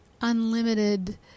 unlimited